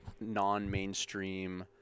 non-mainstream